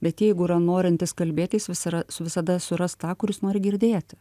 bet jeigu yra norintis kalbėt jis vis yra su visada suras tą kuris nori girdėti